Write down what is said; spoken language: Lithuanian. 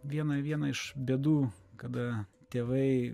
viena viena iš bėdų kada tėvai